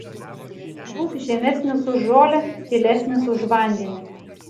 būk žemesnis už žolę tylesnis už vandenį